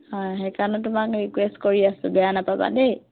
হয় সেইকাৰণে তোমাক ৰিকুৱেষ্ট কৰি আছোঁ বেয়া নাপাবা দেই